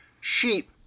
Sheep